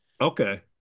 Okay